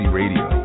radio